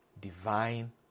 Divine